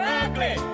ugly